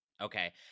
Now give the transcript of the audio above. Okay